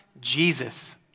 Jesus